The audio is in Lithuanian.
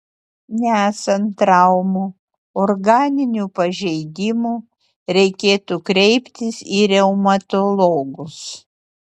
nesant traumų organinių pažeidimų reikėtų kreiptis į reumatologus